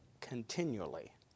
continually